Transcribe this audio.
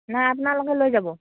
নাই আপোনালোকে লৈ যাব